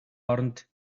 оронд